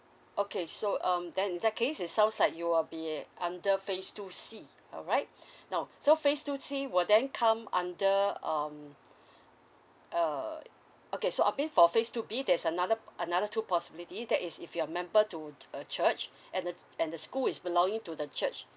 okay so um then in that case it sounds like you will be under phase two C alright now so phase two C will then come under um uh okay so I mean for phase two B there's another p~ another two possibility that is if you're a member to a church and the and the school is belonging to the church